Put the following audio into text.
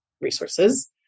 resources